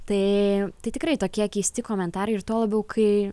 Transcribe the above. tai tai tikrai tokie keisti komentarai ir tuo labiau kai